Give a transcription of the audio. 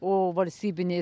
o valstybinė